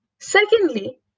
Secondly